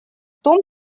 том